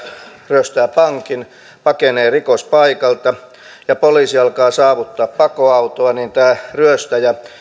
ryöstää pankin pakenee rikospaikalta ja poliisi alkaa saavuttaa pakoautoa niin tämä ryöstäjä